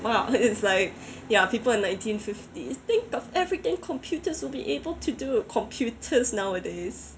!wow! it's like ya people in nineteen fifties think of everything computers will be able to do computers nowadays